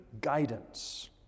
guidance